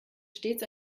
stets